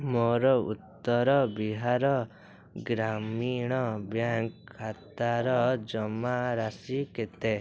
ମୋର ଉତ୍ତର ବିହାର ଗ୍ରାମୀଣ ବ୍ୟାଙ୍କ ଖାତାର ଜମାରାଶି କେତେ